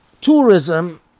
tourism